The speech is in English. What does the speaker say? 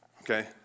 okay